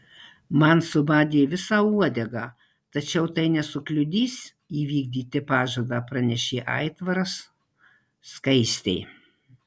man subadė visą uodegą tačiau tai nesukliudys įvykdyti pažadą pranešė aitvaras skaistei